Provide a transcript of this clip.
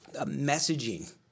messaging